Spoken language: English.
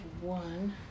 one